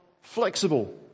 flexible